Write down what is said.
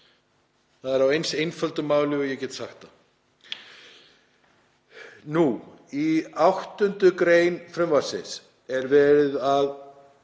Það er á eins einföldu máli og ég get sagt það. Í 8. gr. frumvarpsins er verið að